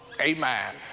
Amen